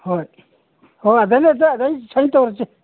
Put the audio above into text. ꯍꯣꯏ ꯍꯣꯏ ꯑꯗꯩ ꯁꯥꯏ ꯇꯧꯔꯁꯤ